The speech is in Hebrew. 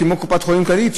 כמו קופת חולים כללית,